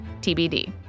TBD